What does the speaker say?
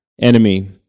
enemy